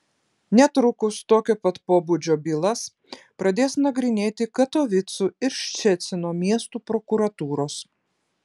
netrukus tokio pat pobūdžio bylas pradės nagrinėti katovicų ir ščecino miestų prokuratūros